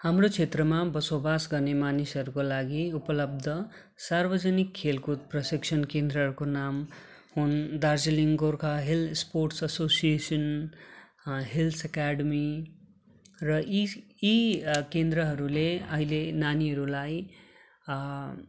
हाम्रो क्षेत्रमा बसोबास गर्ने मानिसहरूको लागि उपलब्ध सार्वजनिक खेलकुद प्रशिक्षण केन्द्रहरको नाम हुन् Darjeeling Gorkha hill sports association hills academy र यी यी केन्द्रहरूले अहिले नानीहरूलाई